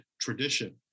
tradition